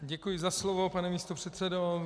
Děkuji za slovo, pane místopředsedo.